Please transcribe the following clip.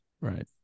Right